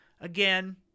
Again